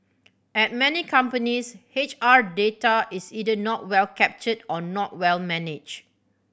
at many companies H R data is either not well captured or not well managed